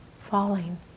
falling